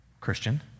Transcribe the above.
Christian